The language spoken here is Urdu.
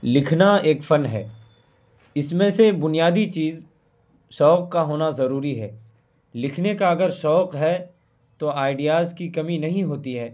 لکھنا ایک فن ہے اس میں سے بنیادی چیز شوق کا ہونا ضروری ہے لکھنے کا اگر شوق ہے تو آئیڈیاز کی کمی نہیں ہوتی ہے